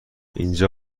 اینجا